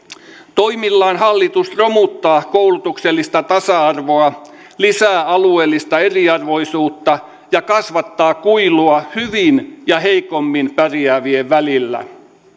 toimillaan hallitus romuttaa koulutuksellista tasa arvoa lisää alueellista eriarvoisuutta ja kasvattaa kuilua hyvin ja heikommin pärjäävien välillä